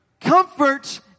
Comfort